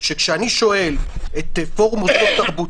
שכשאני שואל את פורום מוסדות תרבות,